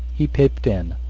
he peeped in,